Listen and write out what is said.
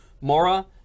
Mora